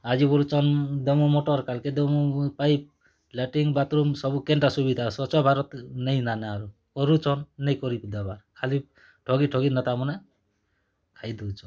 ଆଜି ବୋଲୁଚନ୍ ଦମୁ ମଟର କାଲ୍ କେ ଦମୁ ପାଇପ୍ ଲାଟିନ୍ ବାଥ୍ରୁମ୍ ସବୁ କେନ୍ତା ସୁବିଧା ସ୍ୱଚ୍ଛ ଭାରତ ନେଇନା ଆରୁ କରୁଛନ୍ ନେଇ କରିକି ଦବା ଖାଲି ଠକି ଠକି ନେତାମାନେ ଖାଇ ଦଉଛନ୍